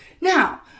Now